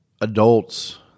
adults